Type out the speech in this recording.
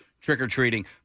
trick-or-treating